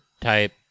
type